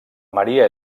maria